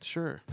Sure